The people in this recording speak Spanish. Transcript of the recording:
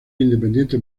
independiente